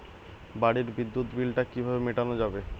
বাড়ির বিদ্যুৎ বিল টা কিভাবে মেটানো যাবে?